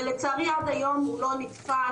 ולצערי עד היום הוא לא נתפס,